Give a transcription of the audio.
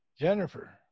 Jennifer